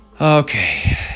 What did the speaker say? Okay